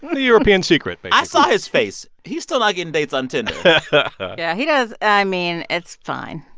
the european secret but i saw his face. he's still not getting dates on tinder yeah. he does i mean, it's fine.